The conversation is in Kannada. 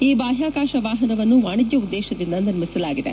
ಈ ಬಾಹ್ಯಾಕಾಶ ವಾಹನವನ್ನು ವಾಣಿಜ್ಯ ಉದ್ದೇಶದಿಂದ ನಿರ್ಮಿಸಲಾಗಿದೆ